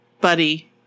Buddy